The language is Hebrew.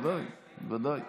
בקריאה השנייה.